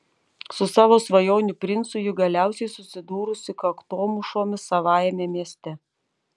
su savo svajonių princu ji galiausiai susidūrusi kaktomušomis savajame mieste